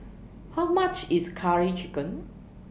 How much IS Curry Chicken